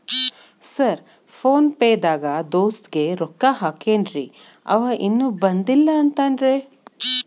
Sir PhonePe ದಾಗ ದೋಸ್ತ್ ಗೆ ರೊಕ್ಕಾ ಹಾಕೇನ್ರಿ ಅಂವ ಇನ್ನು ಬಂದಿಲ್ಲಾ ಅಂತಾನ್ರೇ?